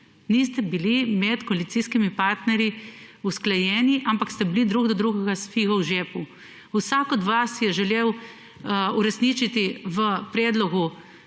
niste bili med koalicijskimi partnerji usklajeni, ampak ste bili drug do drugega s figo v žepu. Vsak od vas je žele uresničiti v predlogu